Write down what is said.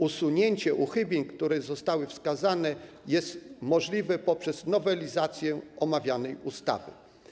Usunięcie uchybień, które zostały wskazane, jest możliwe poprzez nowelizację omawianej ustawy.